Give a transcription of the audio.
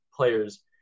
players